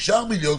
נשארו מיליון,